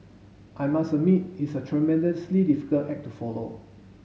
I must admit it's a tremendously difficult act to follow